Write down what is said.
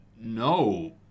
no